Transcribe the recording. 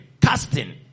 casting